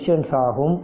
resistance ஆகும்